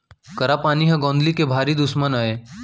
करा पानी ह गौंदली के भारी दुस्मन अय